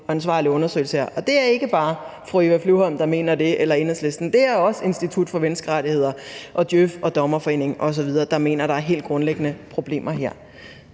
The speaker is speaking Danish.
ansvarlig undersøgelse her. Og det er ikke bare fru Eva Flyvholm og Enhedslisten, der mener det; det er også Institut for Menneskerettigheder, djøf, Dommerforeningen osv., der mener, at der helt grundlæggende er problemer her.